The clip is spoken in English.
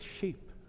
sheep